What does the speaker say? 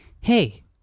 hey